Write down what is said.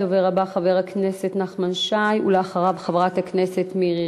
הדובר הבא, חבר הכנסת נחמן שי.